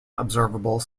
observable